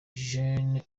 jeune